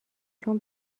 چون